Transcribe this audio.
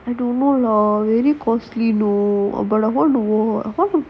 I don't know lah very costly lor